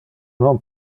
non